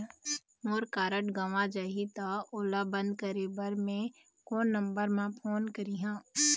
मोर card गंवा जाही त ओला बंद करें बर मैं कोन नंबर म फोन करिह?